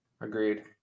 agreed